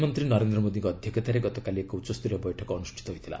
ପ୍ରଧାନମନ୍ତ୍ରୀ ନରେନ୍ଦ୍ର ମୋଦୀଙ୍କ ଅଧ୍ୟକ୍ଷତାରେ ଗତକାଲି ଏକ ଉଚ୍ଚସ୍ତରୀୟ ବୈଠକ ଅନୁଷ୍ଠିତ ହୋଇଥିଲା